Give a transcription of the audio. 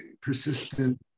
persistent